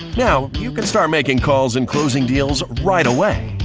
now you can start making calls and closing deals right away.